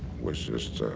was just,